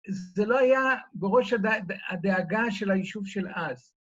זה לא היה בראש הדאגה של היישוב של אז.